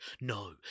no